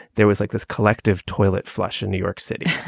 there was like this collective toilet flush in new york city